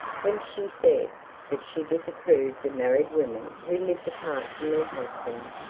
when she said that she disapproved of married women who lived apart from their husbands,